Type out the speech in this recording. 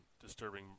disturbing